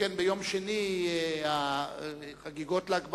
שכן ביום שני יהיו חגיגות ל"ג בעומר.